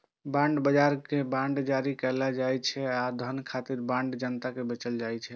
bond बाजार मे bond जारी कैल जाइ छै आ धन खातिर बांड जनता कें बेचल जाइ छै